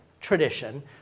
tradition